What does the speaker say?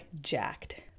jacked